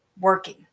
working